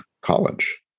college